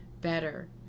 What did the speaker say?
better